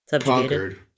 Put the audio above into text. conquered